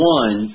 one